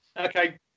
Okay